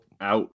Out